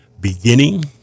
beginning